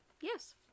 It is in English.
Yes